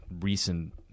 recent